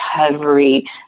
recovery